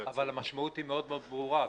אבל המשמעות ברורה מאוד.